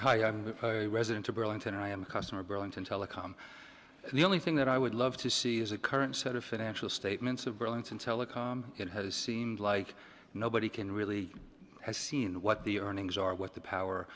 hi i'm a resident of burlington i am a customer burlington telecom the only thing that i would love to see is a current set of financial statements of burlington telecom that has seemed like nobody can really has seen what the earnings are what the power